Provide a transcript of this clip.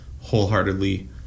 wholeheartedly